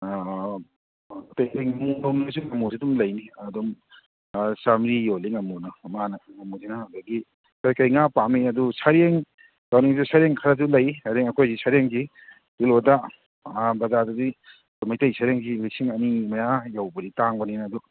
ꯑꯥ ꯑꯇꯩ ꯑꯇꯩ ꯉꯥꯃꯨꯁꯤ ꯑꯗꯨꯝ ꯂꯩꯅꯤ ꯑꯗꯨꯝ ꯑꯥ ꯆꯥꯝꯃꯔꯤ ꯌꯣꯜꯂꯤ ꯉꯥꯃꯨꯅ ꯃꯥꯅ ꯉꯥꯃꯨꯖꯤꯅ ꯑꯗꯒꯤ ꯀꯔꯤ ꯀꯔꯤ ꯉꯥ ꯄꯥꯝꯃꯤ ꯑꯗꯨ ꯁꯔꯦꯡ ꯂꯧꯅꯤꯡꯉꯁꯨ ꯁꯔꯦꯡ ꯈꯔꯁꯨ ꯂꯩ ꯑꯗꯒꯤ ꯑꯩꯈꯣꯏꯁꯤ ꯁꯔꯦꯡꯗꯤ ꯀꯤꯂꯣꯗ ꯑꯥ ꯕꯖꯥꯔꯗꯗꯤ ꯑꯩꯈꯣꯏ ꯃꯩꯇꯩ ꯁꯔꯦꯡꯁꯤ ꯂꯤꯁꯤꯡ ꯑꯅꯤ ꯃꯌꯥ ꯌꯧꯕꯗꯤ ꯇꯥꯡꯕꯅꯤꯅ ꯑꯗꯨ